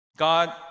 God